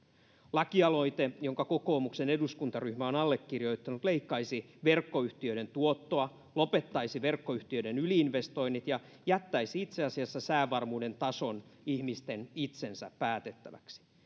lakialoite jonka kokoomuksen eduskuntaryhmä on allekirjoittanut leikkaisi verkkoyhtiöiden tuottoa lopettaisi verkkoyhtiöiden yli investoinnit ja jättäisi itse asiassa säävarmuuden tason ihmisten itsensä päätettäväksi